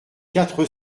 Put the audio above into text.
quatre